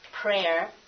prayer